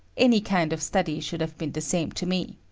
any kind of study should have been the same to me.